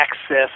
access